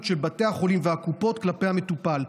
של בתי החולים והקופות כלפי המטופל.